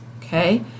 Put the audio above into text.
okay